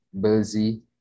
busy